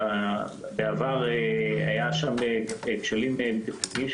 בעבר היו באירוע הזה כשלים בטיחותיים,